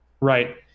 Right